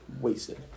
Wasted